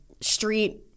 street